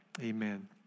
amen